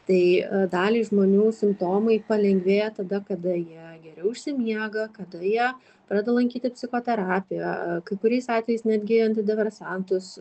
tai daliai žmonių simptomai palengvėja tada kada jie geriau išsimiega kada jie pradeda lankyti psichoterapiją kai kuriais atvejais netgi antidepresantus